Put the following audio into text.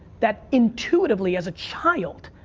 that intuitively as a child,